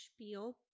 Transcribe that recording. spiel